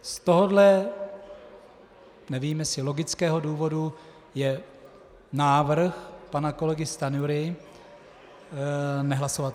Z tohoto nevím jestli logického důvodu je návrh pana kolegy Stanjury nehlasovatelný.